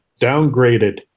downgraded